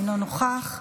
אינו נוכח,